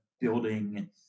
building